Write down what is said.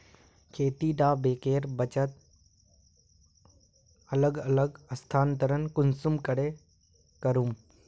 खेती डा बैंकेर बचत अलग अलग स्थानंतरण कुंसम करे करूम?